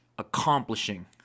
accomplishing